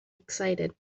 excited